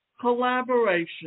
collaboration